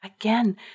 Again